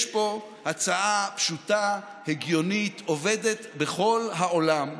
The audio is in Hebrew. יש פה הצעה פשוטה, הגיונית, עובדת בכל העולם,